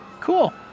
Cool